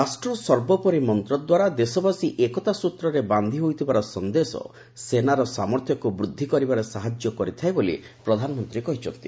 ରାଷ୍ଟ୍ର ସର୍ବୋପରି ମନ୍ତ୍ରଦ୍ୱାରା ଦେଶବାସୀ ଏକତା ସୂତ୍ରରେ ବାନ୍ଧି ହୋଇଥିବାର ସନ୍ଦେଶ ସେନାର ସାମର୍ଥ୍ୟକୁ ବୃଦ୍ଧି କରିବାରେ ସାହାଯ୍ୟ କରିଥାଏ ବୋଲି ପ୍ରଧାନମନ୍ତ୍ରୀ କହିଚ୍ଛନ୍ତି